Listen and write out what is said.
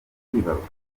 kwibaruka